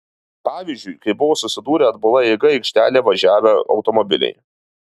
pavyzdžiui kai buvo susidūrę atbula eiga aikštelėje važiavę automobiliai